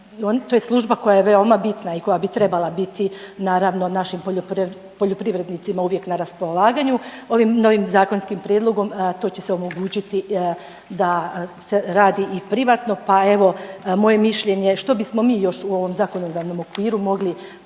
to je služba koja je veoma bitna i koja bi trebala biti naravno našim poljoprivrednicima uvijek na raspolaganju. Ovim novim zakonskim prijedlogom to će se omogućiti da se radi i privatno pa evo moje mišljenje što bismo mi još u ovom zakonodavnom okviru mogli